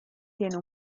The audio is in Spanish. tiene